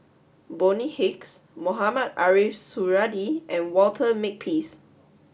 Bonny Hicks Mohamed Ariff Suradi and Walter Makepeace